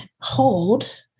hold